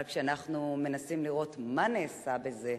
אבל כשאנחנו מנסים לראות מה נעשה בזה,